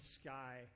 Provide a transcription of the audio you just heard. sky